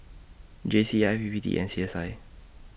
J C I P P T and C S I